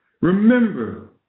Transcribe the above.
Remember